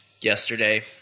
yesterday